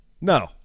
No